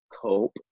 cope